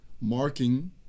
marking